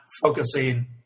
focusing